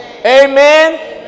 amen